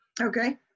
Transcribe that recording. Okay